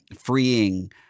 freeing